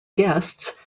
guests